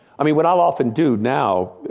i mean, what i'll often do now,